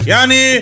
Yani